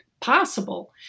possible